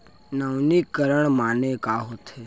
नवीनीकरण माने का होथे?